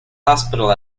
hospital